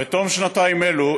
בתום שנתיים אלו,